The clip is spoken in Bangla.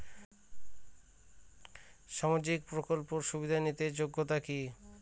সামাজিক প্রকল্প সুবিধা নিতে যোগ্যতা কি?